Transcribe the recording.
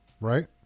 right